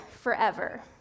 forever